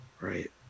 right